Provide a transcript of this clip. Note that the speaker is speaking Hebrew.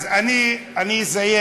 אז אני אסיים,